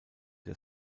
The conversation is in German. der